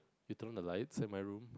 you turn on the lights in my room